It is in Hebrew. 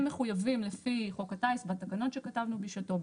הם מחויבים לפי חוק הטיס ובתקנות שכתבנו בשעתו,